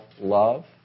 love